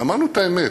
ואמרנו את האמת,